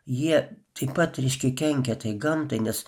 jie taip pat ryškiai kenkia gamtai nes